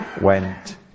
went